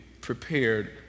prepared